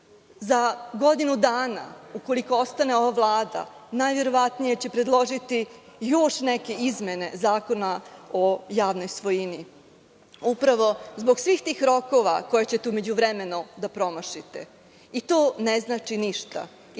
Za godinu dana, ukoliko ostane ova Vlada, najverovatnije će predložiti još neke izmene Zakona o javnoj svojini, upravo zbog svih tih rokova koje ćete u međuvremenu da promašite i to ne znači ništa